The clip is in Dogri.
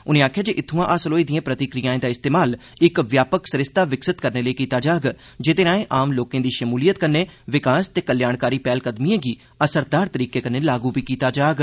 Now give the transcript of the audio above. उनें आखेआ जे इत्थुआं हासल होई दिए प्रतिक्रियाएं दा इस्तेमाल इक व्यापक सरिस्ता विकसित करने लेई कीता जाग जेहदे राए आम लोकें दी शमूलियत कन्नै विकास ते कल्याणकारी पैहलकदमिएं गी असरदार तरीके कन्नै लागू बी कीता जाग